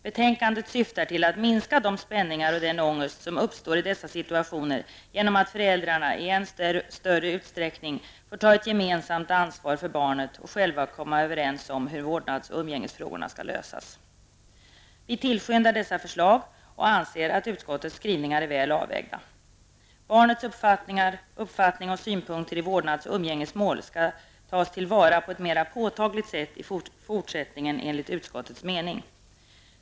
Betänkandet syftar till att minska de spänningar och den ångest som uppstår i dessa situationer genom att det i än större utsträckning låter föräldrarna ta ett gemensamt ansvar för barnet och själva komma överens om hur vårdnads och umgängesfrågorna skall lösas. Vi tillskyndar dessa förslag och anser att utskottets skrivningar är väl avvägda. Barnets uppfattning och synpunkter i vårdnads och umgängesmål skall enligt utskottets mening i fortsättningen tas till vara på ett mera påtagligt sätt.